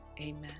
amen